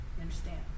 understand